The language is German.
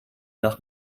nach